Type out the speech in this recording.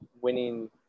winning –